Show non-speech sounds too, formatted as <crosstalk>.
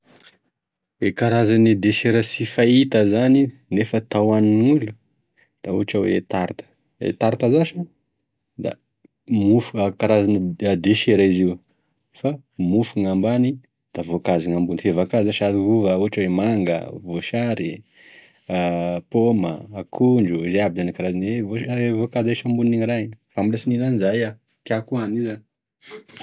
E karazan'e desera tsy fahita zao nefa tao hoanin'olo da tarte, e tarte zasha da mofo a karazana desera izy io fa mofo gn'ambany da vakazo gn'ambony, fa izy vakazo sa da azo ovaova ohatra hoe manga, voasary, <hesitation> poma, akondro, izay aby zany e karazan'e voas- vakazo ahisy ambonin'igny raha igny fa mbola tsy nihina aniza iaho tiàko hoagno iza.